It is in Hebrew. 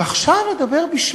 ועכשיו לדבר בשמן?